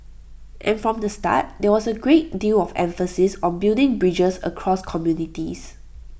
and from the start there was A great deal of emphasis on building bridges across communities